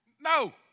No